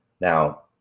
Now